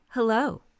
Hello